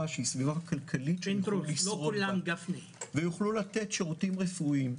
בסביבה שהיא סביבה כלכלית שיוכלו לשרוד בה ושיוכלו לתת שירותים רפואיים.